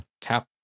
Tap